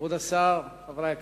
כבוד השר, חברי הכנסת,